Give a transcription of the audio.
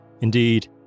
Indeed